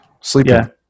Sleeping